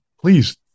please